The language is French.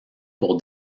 pour